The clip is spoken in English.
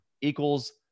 Equals